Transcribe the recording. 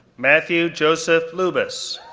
matthew joseph lubas,